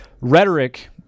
rhetoric